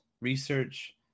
research